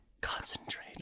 concentrate